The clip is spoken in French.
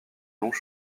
longs